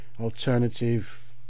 alternative